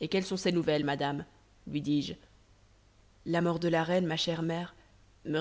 et quelles sont ces nouvelles madame lui disje la mort de la reine ma chère mère me